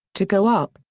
to go up,